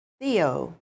Theo